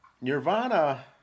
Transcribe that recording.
Nirvana